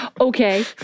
Okay